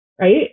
right